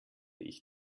ich